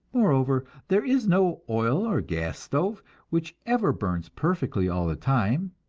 moreover, there is no oil or gas stove which ever burns perfectly all the time,